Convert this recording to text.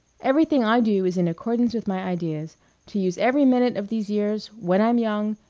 everything i do is in accordance with my ideas to use every minute of these years, when i'm young,